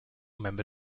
member